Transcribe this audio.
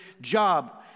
job